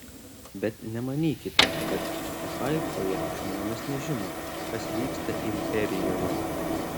bet nemanykite kad haifoje žmonės nežino kas vyksta imperijoje